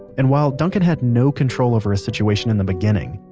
and while duncan had no control over his situation in the beginning,